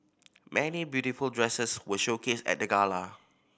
many beautiful dresses were showcased at the gala